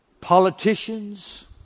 politicians